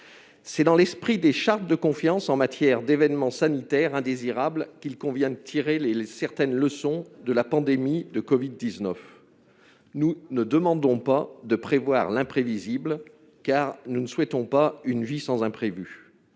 C'est dans l'esprit des chartes de confiance en matière d'événements sanitaires indésirables qu'il convient de tirer certaines leçons de la pandémie de covid-19. Nous ne demandons pas de prévoir l'imprévisible, car nous ne souhaitons pas une vie sans imprévu.